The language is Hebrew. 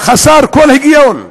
וחסר כל היגיון.